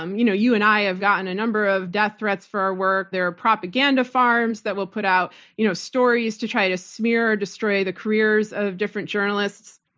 um you know you and i have gotten a number of death threats for our work, their propaganda farms that will put out you know stories to try to smear or destroy the careers of different journalists.